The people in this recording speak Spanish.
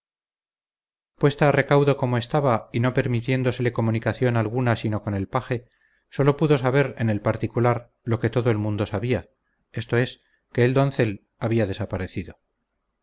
puesta a recaudo como estaba y no permitiéndosele comunicación alguna sino con el paje sólo pudo saber en el particular lo que todo el mundo sabía esto es que el doncel había desaparecido